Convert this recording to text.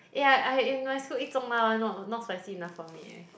eh I I in my school eat 中辣 one orh not spicy enough for me eh